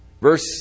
Verse